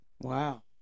wow